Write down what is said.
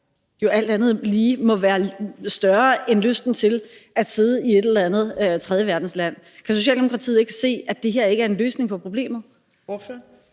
jo alt andet lige må være større end lysten til at sidde i et eller andet tredjeverdensland. Kan Socialdemokratiet ikke se, at det her ikke er en løsning på problemet?